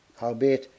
howbeit